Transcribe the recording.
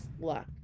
luck